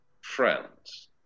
friends